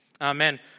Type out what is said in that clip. Amen